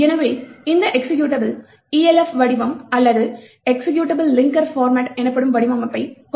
எனவே இந்த executable ELF வடிவம் அல்லது எக்சிகியூட்டபிள் லிங்கர் பார்மட் எனப்படும் வடிவமைப்பைக் கொண்டுள்ளது